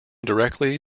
directly